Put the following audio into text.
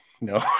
no